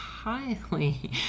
highly